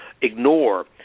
ignore